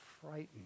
frightened